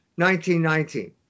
1919